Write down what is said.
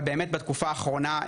אבל באמת בתקופה האחרונה,